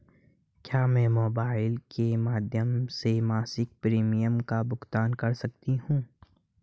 क्या मैं मोबाइल के माध्यम से मासिक प्रिमियम का भुगतान कर सकती हूँ?